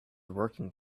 working